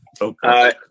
Okay